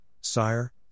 sire